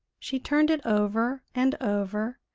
she turned it over and over,